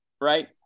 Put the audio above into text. Right